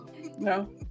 No